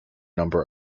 number